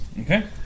Okay